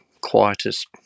quietest